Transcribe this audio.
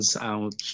out